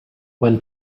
when